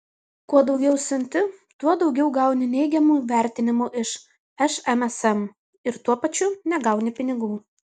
kuo daugiau siunti tuo daugiau gauni neigiamų vertinimų iš šmsm ir tuo pačiu negauni pinigų